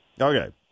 okay